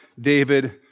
David